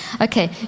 Okay